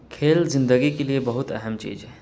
کھیل زندگی کے لیے بہت اہم چیز ہے